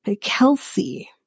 Kelsey